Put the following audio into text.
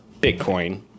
Bitcoin